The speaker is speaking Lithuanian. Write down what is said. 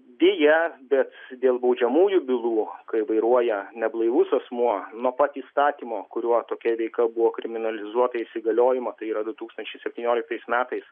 deja bet dėl baudžiamųjų bylų kai vairuoja neblaivus asmuo nuo pat įstatymo kuriuo tokia veika buvo kriminalizuota įsigaliojimo tai yra du tūkstančiai septynioliktais metais